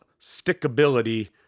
stickability